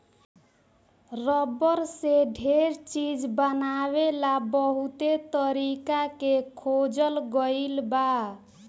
rubber से ढेर चीज बनावे ला बहुते तरीका के खोजल गईल बा